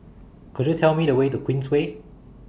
Could YOU Tell Me The Way to Queensway